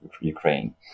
Ukraine